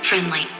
Friendly